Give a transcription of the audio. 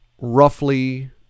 roughly